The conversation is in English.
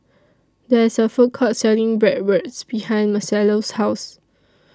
There IS A Food Court Selling Bratwurst behind Marcello's House